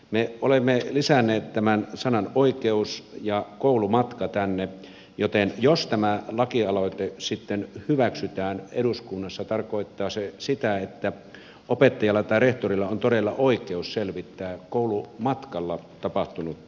me olemme lisänneet sanat oikeus ja koulumatka tänne joten jos tämä lakialoite sitten hyväksytään eduskunnassa tarkoittaa se sitä että opettajalla tai rehtorilla on todella oikeus selvittää koulumatkalla tapahtunutta kiusaamista